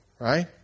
right